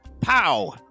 Pow